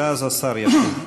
ואז השר ישיב.